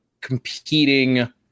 competing